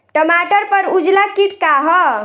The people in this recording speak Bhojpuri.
टमाटर पर उजला किट का है?